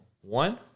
One